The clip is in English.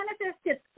manifested